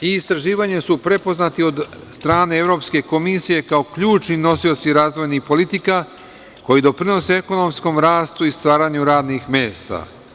Nauka i istraživanje su prepoznati od strane Evropske komisije kao ključni nosioci razvojnih politika, koji doprinose ekonomskom rastu i stvaranju radnih mesta.